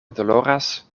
doloras